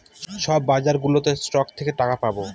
সব বাজারগুলোতে স্টক থেকে টাকা পাবো